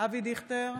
אבי דיכטר,